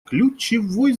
ключевой